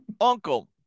Uncle